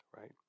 right